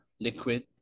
liquid